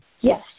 Yes